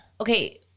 Okay